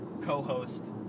co-host